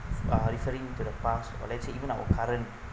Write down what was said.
uh referring to the past or let's say even our current